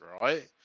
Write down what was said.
right